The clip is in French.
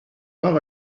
par